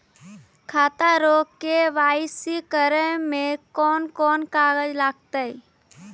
खाता रो के.वाइ.सी करै मे कोन कोन कागज लागतै?